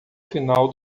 final